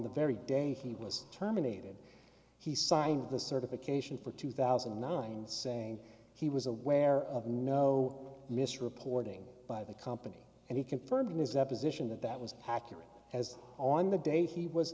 the very day he was terminated he signed the certification for two thousand and nine saying he was aware of no misreporting by the company and he confirmed his that position that that was accurate as on the day he was